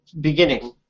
beginning